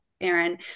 Aaron